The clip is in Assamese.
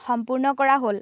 সম্পূৰ্ণ কৰা হ'ল